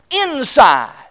inside